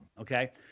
okay